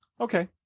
Okay